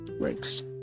works